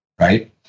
right